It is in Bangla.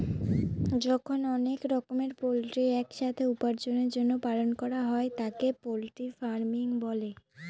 যখন অনেক রকমের পোল্ট্রি এক সাথে উপার্জনের জন্য পালন করা হয় তাকে পোল্ট্রি ফার্মিং বলে